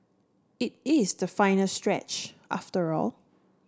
it is the final stretch after all